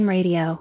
Radio